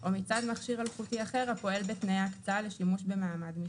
או מצד מכשיר אחר הפועל בתנאי ההקצאה לשימוש במעמד משני.